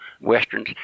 westerns